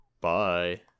bye